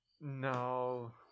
No